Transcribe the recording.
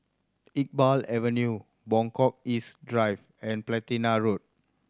Iqbal Avenue Buangkok East Drive and Platina Road